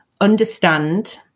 understand